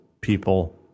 people